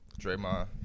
Draymond